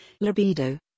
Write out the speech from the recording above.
libido